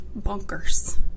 bonkers